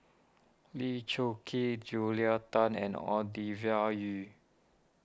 Lee Choon Kee Julia Tan and Yu